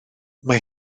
mae